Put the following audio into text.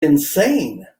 insane